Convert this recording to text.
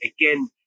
again